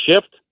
shift